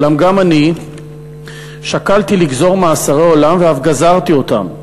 אולם גם אני שקלתי לגזור מאסרי עולם ואף גזרתי אותם.